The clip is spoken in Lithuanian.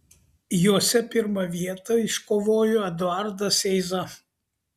jose pirmą vietą iškovojo eduardas eiza